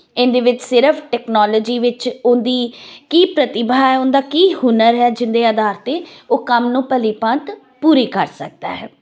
ਇਹਦੇ ਵਿੱਚ ਸਿਰਫ ਟੈਕਨੋਲੋਜੀ ਵਿੱਚ ਉਹਦੀ ਕੀ ਪ੍ਰਤਿਭਾ ਹੈ ਉਹਦਾ ਕੀ ਹੁਨਰ ਹੈ ਜਿਹਦੇ ਆਧਾਰ ਤੇ ਉਹ ਕੰਮ ਨੂੰ ਭਲੀਭਾਂਤ ਪੂਰੀ ਕਰ ਸਕਦਾ ਹੈ